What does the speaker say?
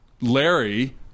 Larry